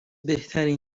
بهترین